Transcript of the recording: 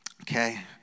okay